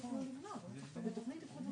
מיצינו לטעמי את כל